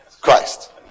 Christ